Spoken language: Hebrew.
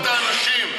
אתה מכיר שם את האנשים,